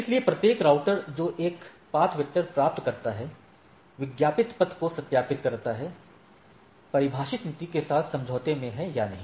इसलिए प्रत्येक राउटर जो एक पथ वेक्टर प्राप्त करता है विज्ञापित पथ को सत्यापित करता है परिभाषित नीति के साथ समझौते में है या नहीं